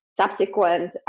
subsequent